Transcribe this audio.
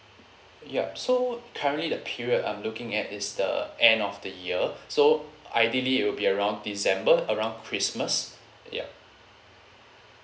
yup so currently the period I'm looking at is the end of the year so ideally will be around december around christmas yup